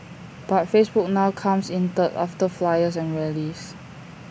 but Facebook now comes in third after flyers and rallies